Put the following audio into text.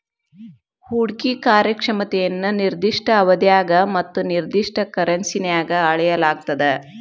ಹೂಡ್ಕಿ ಕಾರ್ಯಕ್ಷಮತೆಯನ್ನ ನಿರ್ದಿಷ್ಟ ಅವಧ್ಯಾಗ ಮತ್ತ ನಿರ್ದಿಷ್ಟ ಕರೆನ್ಸಿನ್ಯಾಗ್ ಅಳೆಯಲಾಗ್ತದ